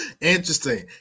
Interesting